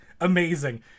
Amazing